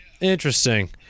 Interesting